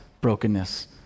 brokenness